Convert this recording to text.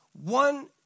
one